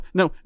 no